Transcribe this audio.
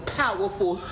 powerful